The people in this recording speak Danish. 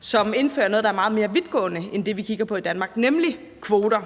som indfører noget, der er meget mere vidtgående end det, vi kigger på i Danmark, nemlig kvoter.